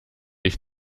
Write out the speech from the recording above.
ich